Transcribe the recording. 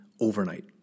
overnight